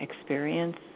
experience